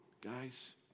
guys